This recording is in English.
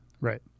Right